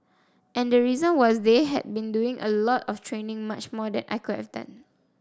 and the reason was they had been doing a lot of training much more than I could have done